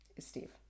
steve